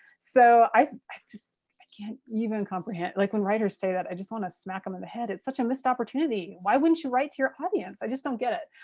so i i just can't even comprehend, like when writers say that i just want to smack them in the head. it's such a missed opportunity. why wouldn't you write to your audience. i just don't get it.